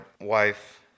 wife